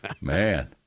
Man